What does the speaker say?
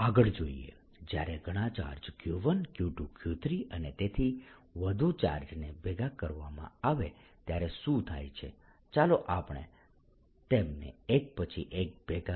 આગળ જોઈએ જ્યારે ઘણા ચાર્જ Q1 Q2 Q3 અને તેથી વધુ ચાર્જને ભેગા કરવામાં આવે ત્યારે શું થાય છે ચાલો આપણે તેમને એક પછી એક ભેગા કરીએ